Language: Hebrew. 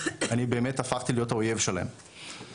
אני באמת הפכתי להיות האויב שלהם,